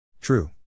True